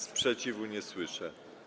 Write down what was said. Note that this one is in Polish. Sprzeciwu nie słyszę.